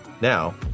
Now